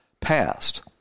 passed